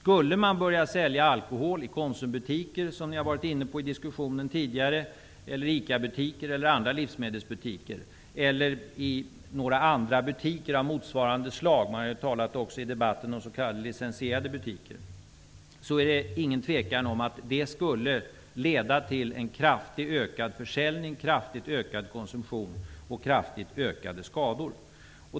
Om man, vilket ni tidigare i diskussionen var inne på, skulle börja sälja alkohol i Konsumbutiker, ICA-butiker eller i butiker av motsvarande slag -- man har i debatten talat om s.k. licensierade butiker -- är det ingen tvekan om att det skulle leda till en kraftigt ökad försäljning, kraftigt ökad konsumtion och kraftigt ökade skador.